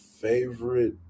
favorite